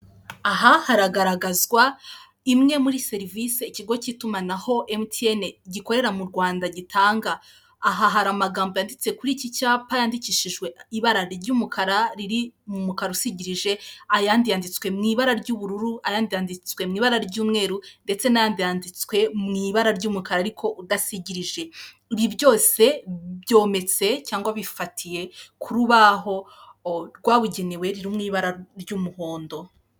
Aha haragaragazwa imwe muri serivisi ikigo cy'itumanaho Emutiyene gikorera mu Rwanda gitanga, aha hari amagambo yanditse kuri iki cyapa yandikishijwe ibara ry'umukara riri mu mukara usigirije ayandi yanditswe mu ibara ry'ubururu, ayandi yanditswe mu ibara ry'umweru ndetse n'ayandi yanditswe mu ibara ry'umukara ariko udashikiririje, ibi byose byometse cyangwa bifatiye ku rubaho rwabugenewe mu ibara ry'umuhondo.